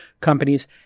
companies